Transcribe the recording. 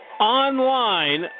online